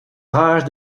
rage